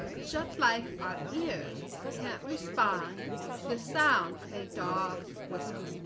just like our ears can't respond to the sound of a dog's whistle.